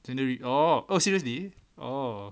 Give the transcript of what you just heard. gender re~ oh oh seriously oh